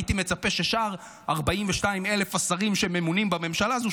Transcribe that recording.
הייתי מצפה ששאר 42,000 השרים שממונים בממשלה הזו,